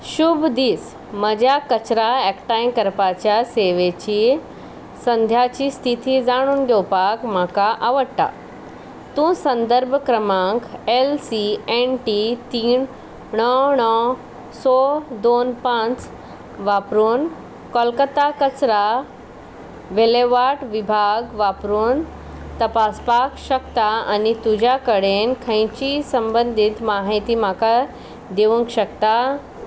शूभ दीस म्हज्या कचरा एकठांय करपाच्या सेवेची सद्याची स्थिती जाणून घेवपाक म्हाका आवडटा तूं संदर्भ क्रमांक एल सी एन टी तीन णव णव स दोन पांच वापरून कोलकत्ता कचरा विलेवाट विभाग वापरून तपासपाक शकता आनी तुज्या कडेन खंयचीय संबंदीत म्हायती म्हाका दिवंक शकता